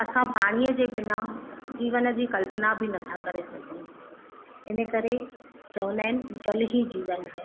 असां पाणीअ जे बिना जीवन जी कल्पना बि नथा करे सघूं इन करे चवंदा आहिनि जल ई जीवन है